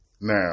Now